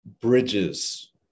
bridges